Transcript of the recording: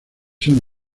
son